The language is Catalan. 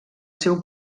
seu